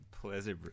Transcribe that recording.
pleasure